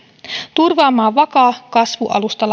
turvaamaan vakaa kasvualusta